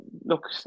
look